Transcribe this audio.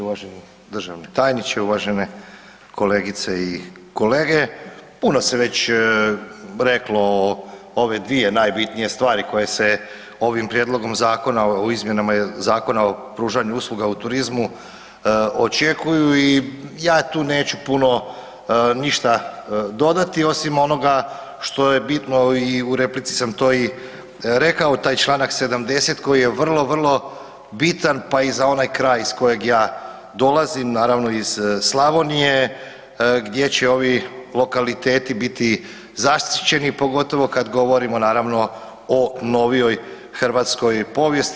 Uvaženi državni tajniče, uvažene kolegice i kolege, puno se već reklo o ove dvije najbitnije stvari koje se ovim Prijedlogom Zakona o izmjenama Zakona o pružanju usluga u turizmu očekuju i ja tu neću puno ništa dodati osim onoga što je bitno i u replici sam to i rekao taj Članak 70. koji je vrlo, vrlo bitan pa i za onaj kraj iz kojeg ja dolazim, naravno iz Slavonije gdje će ovi lokaliteti biti zaštićeni pogotovo kad govorimo o novijoj hrvatskoj povijesti.